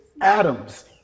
atoms